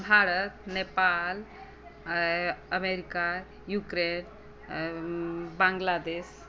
Bharat Nepal America Ukraine Bangladesh